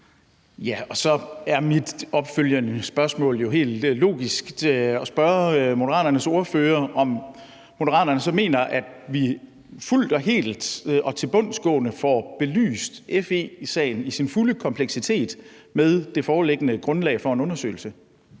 (LA): Så er mit opfølgende spørgsmål til Moderaternes ordfører jo helt logisk, om Moderaterne så mener, at vi fuldt og helt og tilbundsgående får belyst FE-sagen i sin fulde kompleksitet med det foreliggende grundlag for en undersøgelse.